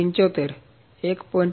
75 1